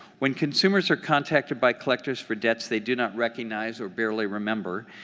when consumers are contacted by collectors for debts they do not recognize or barely remember,